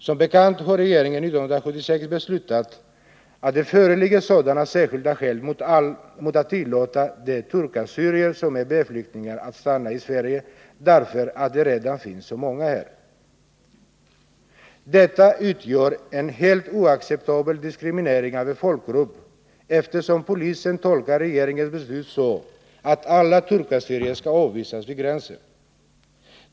Som bekant har regeringen år 1976 beslutat att det föreligger sådana särskilda skäl mot att tillåta de turkassyrier som är B-flyktingar att stanna i Sverige därför att det redan finns så många här. Detta utgör en helt oacceptabel diskriminering av en folkgrupp, eftersom polisen tolkar regeringens beslut så att alla turkassyrier skall avvisas vid gränsen.